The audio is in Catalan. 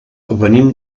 venim